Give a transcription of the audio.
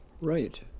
Right